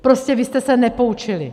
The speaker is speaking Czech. Prostě vy jste se nepoučili.